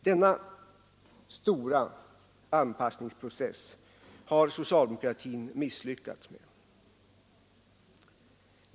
Denna stora anpassningsprocess har socialdemokratin misslyckats med.